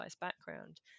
background